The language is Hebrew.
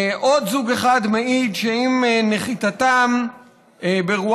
עוד זוג אחד מעיד שעם נחיתתם ברואנדה